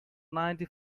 ninety